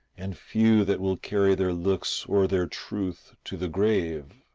and few that will carry their looks or their truth to the grave.